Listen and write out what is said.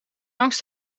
angst